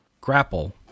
Grapple